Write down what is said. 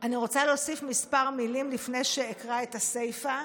אני רוצה להוסיף כמה מילים לפני שאקרא את הסיפא.